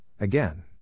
again